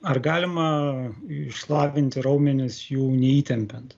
ar galima išlavinti raumenis jų neįtempiant